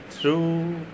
true